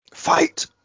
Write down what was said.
Fight